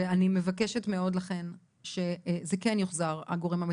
ואני מבקשת מאוד לכן שזה כן יוחזר, הגורם המתכלל,